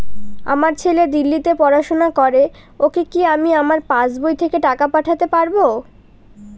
আমার ছেলে দিল্লীতে পড়াশোনা করে ওকে কি আমি আমার পাসবই থেকে টাকা পাঠাতে পারব?